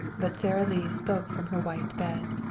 but sara lee spoke from her white bed.